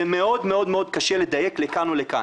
זה מאוד קשה לדייק לכאן ולכאן.